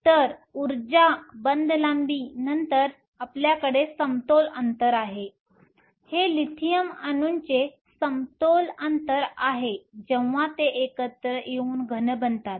तर ऊर्जा बंध लांबी नंतर आपल्याकडे समतोल अंतर आहे हे लिथियम अणूंचे समतोल अंतर आहे जेव्हा ते एकत्र येऊन घन बनतात